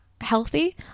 healthy